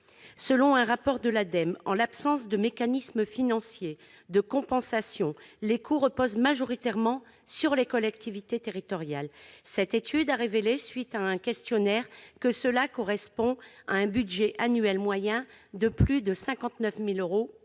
Selon un rapport de l'Ademe, en l'absence de mécanismes financiers de compensation, les coûts pèsent majoritairement sur les collectivités territoriales. Cette étude a révélé, sur la base d'un questionnaire, qu'ils s'élèvent en moyenne à plus de 59 000 euros